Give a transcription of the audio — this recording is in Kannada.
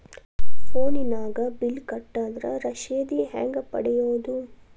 ಫೋನಿನಾಗ ಬಿಲ್ ಕಟ್ಟದ್ರ ರಶೇದಿ ಹೆಂಗ್ ಪಡೆಯೋದು?